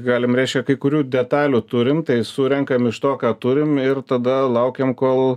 galim reiškia kai kurių detalių turim tai surenkam iš to ką turim ir tada laukiam kol